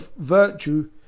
virtue